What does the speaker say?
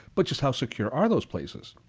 but just how secure are those places?